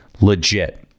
legit